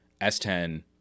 S10